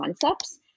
concepts